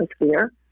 atmosphere